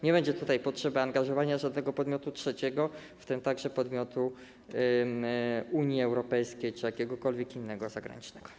Nie będzie potrzeby angażowania żadnego podmiotu trzeciego, w tym także podmiotu Unii Europejskiej, czy jakiegokolwiek innego podmiotu zagranicznego.